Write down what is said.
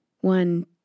one